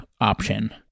option